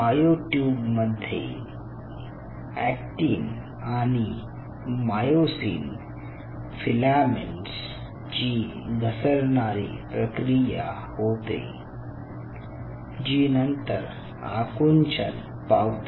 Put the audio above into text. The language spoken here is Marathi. मायोट्युब मध्ये अॅक्टिन आणि मायोसिन फिलामेंट्स ची घसणारी प्रक्रिया होते जी नंतर आकुंचन पावते